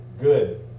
good